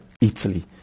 Italy